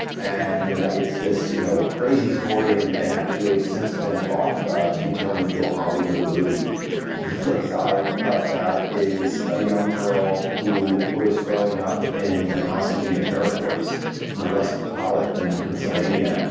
and it's this you know crazy story and and actually it's since been bought to be turned into a hollywood movie the flip side of that is a young girl who was growing up in palestinian territories on and a less bucolic than pennsylvania.